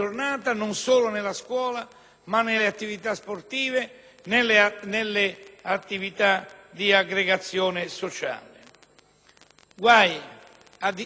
nelle attività sportive e nelle attività di aggregazione sociale. Guai ad isolare i minori